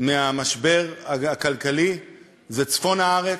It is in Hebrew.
מהמשבר הכלכלי הם צפון הארץ,